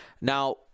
Now